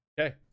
okay